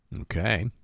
Okay